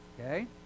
Okay